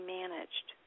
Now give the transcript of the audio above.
managed